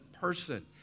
person